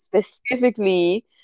specifically